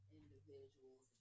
individuals